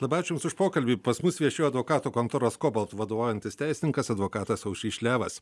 labai ačiū už jums pokalbį pas mus viešėjo advokatų kontoros kobalt vadovaujantis teisininkas advokatas aušrys šliavas